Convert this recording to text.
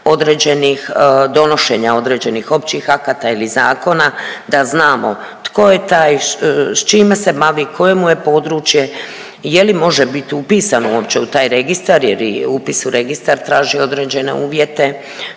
određenih, donošenja određenih općih akata ili zakona, da znamo tko je taj, s čime se bavi, koje mu je područje, je li može bit upisan uopće u taj registar jer i upis u registar traži određene uvjete,